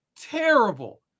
Terrible